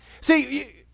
See